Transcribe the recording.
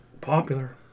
Popular